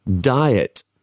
diet